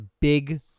big